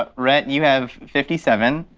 ah rhett you have fifty seven,